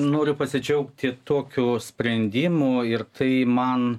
noriu pasidžiaugti tokiu sprendimo ir tai man